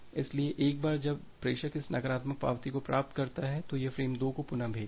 इसलिए एक बार जब प्रेषक इस नकारात्मक पावती को प्राप्त करता है तो यह फ्रेम 2 को पुनः भेजता है